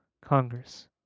Congress